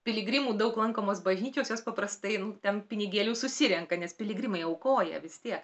piligrimų daug lankomos bažnyčios jos paprastai ten pinigėlių susirenka nes piligrimai aukoja vistiek